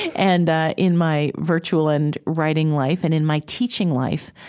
and in my virtual and writing life and in my teaching life,